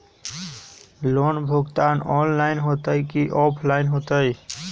Loan भुगतान online होतई कि ऑफलाइन होतई?